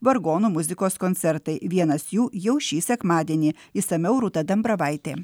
vargonų muzikos koncertai vienas jų jau šį sekmadienį išsamiau rūta dambravaitė